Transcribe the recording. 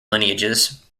lineages